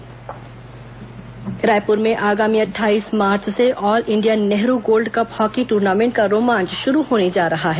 Nehru cup hockey Raipur में आगामी अट्ठाईस मार्च से all India Nehru gold cup hockey tournament का रोमांच शुरू होने जा रहा है